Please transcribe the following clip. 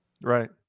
Right